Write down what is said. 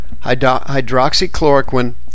Hydroxychloroquine